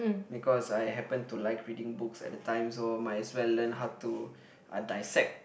because I happen to like reading books at the time so might as well learn how to uh dissect